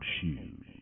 shoes